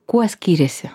kuo skiriasi